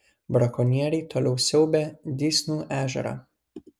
brakonieriai toliau siaubia dysnų ežerą